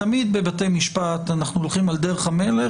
תמיד בבתי משפט אנחנו הולכים על דרך המלך